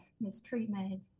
mistreatment